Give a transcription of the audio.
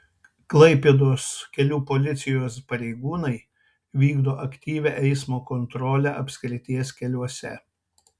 klaipėdos kelių policijos pareigūnai vykdo aktyvią eismo kontrolę apskrities keliuose